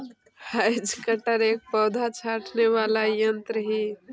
hedge cutter एक पौधा छाँटने वाला यन्त्र ही